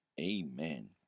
Amen